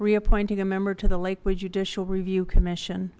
reappointing a member to the lakewood judicial review commission